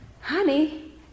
Honey